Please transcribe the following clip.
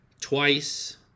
twice